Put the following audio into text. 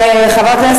איפה את גרה?